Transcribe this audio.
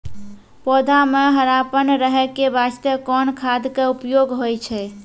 पौधा म हरापन रहै के बास्ते कोन खाद के उपयोग होय छै?